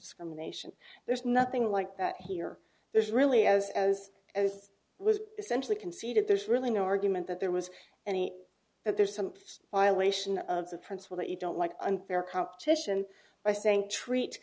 discrimination there's nothing like that here there's really as as as was essentially conceded there's really no argument that there was any that there's some while ation of the principle that you don't like unfair competition by saying treat